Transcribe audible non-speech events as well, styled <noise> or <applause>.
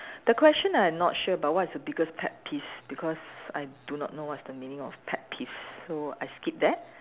<breath> the question I'm not sure about what is your biggest pet peeves because I do not know what's the meaning of pet peeves so I skip that